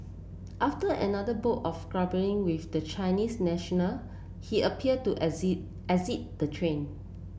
after another bout of with the Chinese national he appear to exit the train